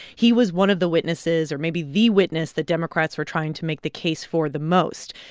he was one of the witnesses, or maybe the witness that democrats were trying to make the case for the most.